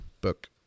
book